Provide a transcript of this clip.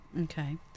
Okay